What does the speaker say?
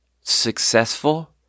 successful